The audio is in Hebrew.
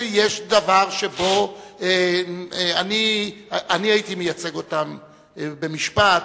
אני הייתי מייצג אותם במשפט,